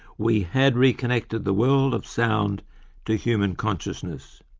we had reconnected the world of sound to human consciousness.